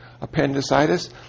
appendicitis